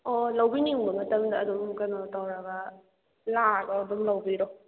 ꯑꯣ ꯂꯧꯕꯤꯅꯤꯡꯕ ꯃꯇꯝꯗ ꯑꯗꯨꯝ ꯀꯩꯅꯣ ꯇꯧꯔꯒ ꯂꯥꯛꯑꯒ ꯑꯗꯨꯝ ꯂꯧꯕꯤꯔꯣ